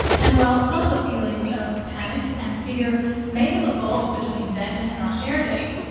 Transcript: and while some of the feelings of panic and fear may have evolved between then and our air date,